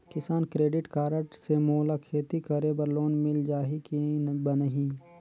किसान credit card से मोला खेती करे बर लोन मिल जाहि की बनही??